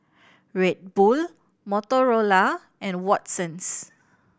Red Bull Motorola and Watsons